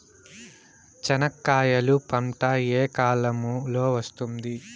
చెనక్కాయలు పంట ఏ కాలము లో వస్తుంది